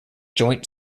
joint